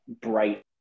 bright